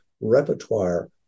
repertoire